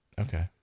Okay